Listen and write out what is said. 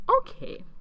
okay